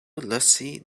lucy